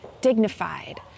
dignified